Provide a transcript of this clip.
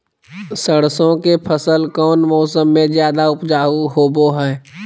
सरसों के फसल कौन मौसम में ज्यादा उपजाऊ होबो हय?